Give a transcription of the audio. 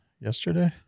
yesterday